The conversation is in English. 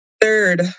third